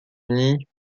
unis